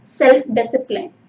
self-discipline